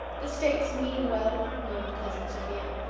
the states mean well, moaned cousin sophia,